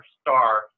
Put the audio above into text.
Star